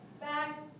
back